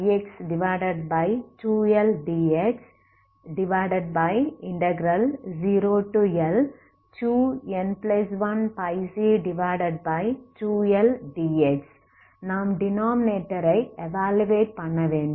நாம் டினாமினேடர் ஐ எவாலுவேட் பண்ணவேண்டும்